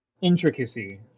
intricacy